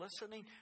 listening